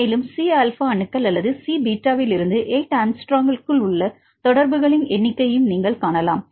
மேலும் C alpha அணுக்கள் அல்லது சி பீட்டாவிலிருந்து 8 ஆங்ஸ்ட்ரோமுக்குள் உள்ள தொடர்புகளின் எண்ணிக்கையையும் நீங்கள் காணலாம்